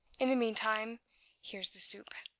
in the meantime here's the soup.